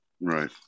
Right